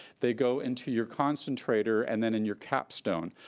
they go into your concentrator and then in your capstone.